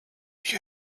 you